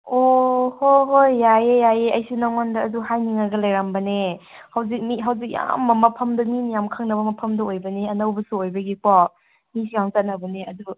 ꯑꯣ ꯍꯣꯏ ꯍꯣꯏ ꯌꯥꯏꯑꯦ ꯌꯥꯏꯑꯦ ꯑꯩꯁꯨ ꯅꯉꯣꯟꯗ ꯑꯗꯨ ꯍꯥꯏꯅꯤꯡꯉꯒ ꯂꯩꯔꯝꯕꯅꯦ ꯍꯧꯖꯤꯛ ꯃꯤ ꯍꯧꯖꯤꯛ ꯑꯌꯥꯝꯕ ꯃꯐꯝꯗ ꯃꯤ ꯃꯌꯥꯝ ꯈꯪꯅꯕ ꯃꯐꯝꯗꯣ ꯑꯣꯏꯕꯅꯤ ꯑꯅꯧꯕꯁꯨ ꯑꯣꯏꯕꯒꯤꯀꯣ ꯃꯤꯁꯨ ꯌꯥꯝ ꯆꯠꯅꯕꯅꯦ ꯑꯗꯨ